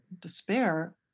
despair